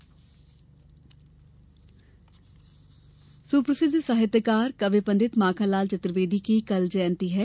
जयंती सुप्रसिद्ध साहित्यकार कवि पण्डित माखनलाल चतुर्वेदी की कल जयंती है